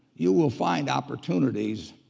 you will find opportunities